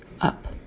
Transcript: up